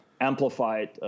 amplified